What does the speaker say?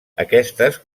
aquestes